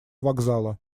вокзала